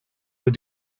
will